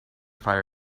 fire